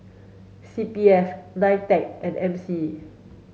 C P F NITEC and M C